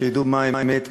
שידעו מה אמת,